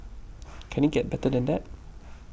can it get better than that